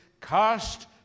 cast